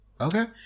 Okay